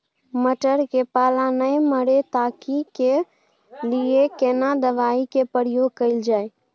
मटर में पाला नैय मरे ताहि के लिए केना दवाई के प्रयोग कैल जाए?